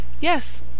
Yes